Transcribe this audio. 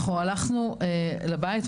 אנחנו הלכנו לבית,